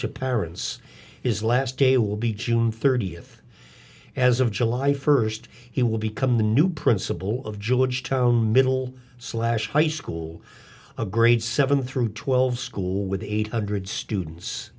to parents is last day will be june thirtieth as of july first he will become the new principal of georgetown middle slash high school a grade seven through twelve school with eight hundred students